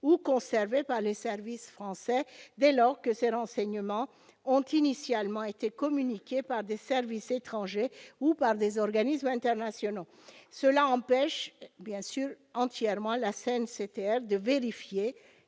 ou conservés par les services français, dès lors que ces renseignements ont initialement été « communiqués par des services étrangers ou par des organismes internationaux ». Bien sûr, cette disposition empêche entièrement la CNCTR de vérifier